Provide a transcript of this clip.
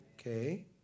Okay